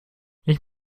ich